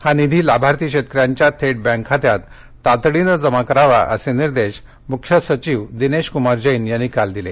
हा निधी लाभार्थी शेतकऱ्यांच्या थेट बँक खात्यात तातडीनं जमा करावा असे निर्देश मुख्य सचिव दिनेश कुमार जैन यांनी काल दिले